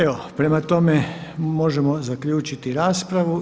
Evo prema tome možemo zaključiti raspravu.